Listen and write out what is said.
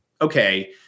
okay